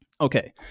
Okay